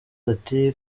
ati